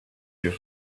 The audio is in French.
yeux